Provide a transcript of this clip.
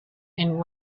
and